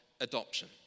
adoption